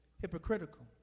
hypocritical